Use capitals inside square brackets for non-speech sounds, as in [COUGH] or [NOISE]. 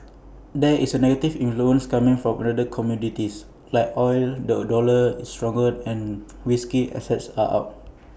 there is A negative influence coming from other commodities like oil the dollar is stronger and [NOISE] risky assets are up